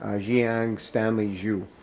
ah zhang stanley zou.